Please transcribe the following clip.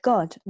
God